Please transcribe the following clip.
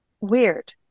weird